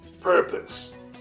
purpose